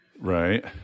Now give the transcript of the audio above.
Right